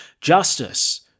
justice